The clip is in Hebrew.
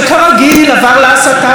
עם הבכיינות הרגילה,